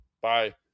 Bye